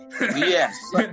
Yes